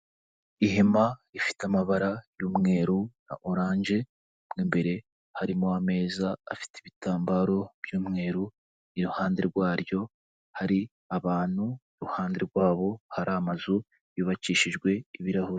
Ihema rifite amabara y'umweru na oranje, mo mbere harimo ameza afite ibitambaro by'umweru, iruhande rwaryo hari abantu, iruhande rwabo hari amazu yubakishijwe ibirahuri.